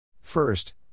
First